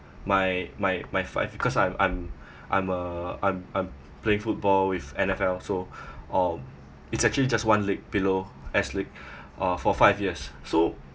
my my my five because I'm I'm I'm a I'm I'm playing football with N_F_L so um it's actually just one league below s league uh for five years so